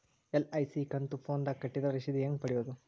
LIC ಕಂತು ಫೋನದಾಗ ಕಟ್ಟಿದ್ರ ರಶೇದಿ ಹೆಂಗ್ ಪಡೆಯೋದು?